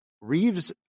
Reeves